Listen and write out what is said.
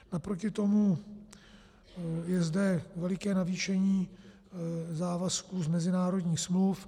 Naproti tomu je zde veliké navýšení závazků z mezinárodních smluv.